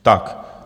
Tak.